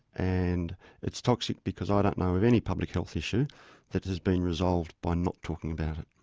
and it's toxic because i don't know of any public health issue that has been resolved by not talking about it.